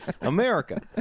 America